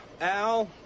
Al